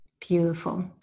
beautiful